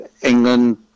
England